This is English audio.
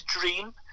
dream